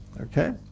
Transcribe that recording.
Okay